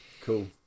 Cool